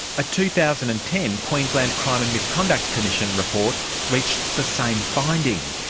a two thousand and ten queensland crime and misconduct commission report reached the same finding.